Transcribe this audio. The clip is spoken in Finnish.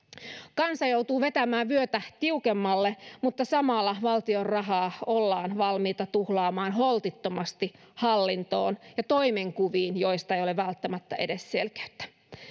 kansa joutuu vetämään vyötä tiukemmalle mutta samalla valtion rahaa ollaan valmiita tuhlaamaan holtittomasti hallintoon ja toimenkuviin joista ei ole välttämättä edes selkeyttä